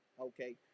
Okay